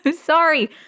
Sorry